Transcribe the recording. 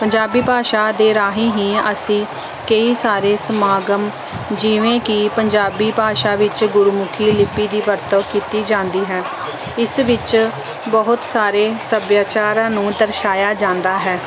ਪੰਜਾਬੀ ਭਾਸ਼ਾ ਦੇ ਰਾਹੀਂ ਹੀ ਅਸੀਂ ਕਈ ਸਾਰੇ ਸਮਾਗਮ ਜਿਵੇਂ ਕਿ ਪੰਜਾਬੀ ਭਾਸ਼ਾ ਵਿੱਚ ਗੁਰਮੁਖੀ ਲਿਪੀ ਦੀ ਵਰਤੋਂ ਕੀਤੀ ਜਾਂਦੀ ਹੈ ਇਸ ਵਿੱਚ ਬਹੁਤ ਸਾਰੇ ਸੱਭਿਆਚਾਰਾਂ ਨੂੰ ਦਰਸਾਇਆ ਜਾਂਦਾ ਹੈ